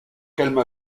calme